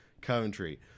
Coventry